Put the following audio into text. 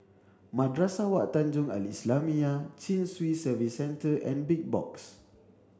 Madrasah Wak Tanjong Al islamiah Chin Swee Service Centre and Big Box